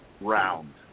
round